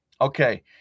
Okay